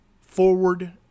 forward